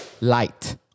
Light